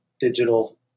digital